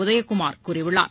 உதயகுமார் கூறியுள்ளார்